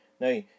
now